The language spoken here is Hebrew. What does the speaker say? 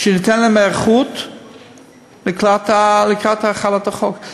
להיערכות לקראת החלת החוק.